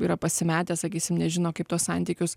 yra pasimetę sakysim nežino kaip tuos santykius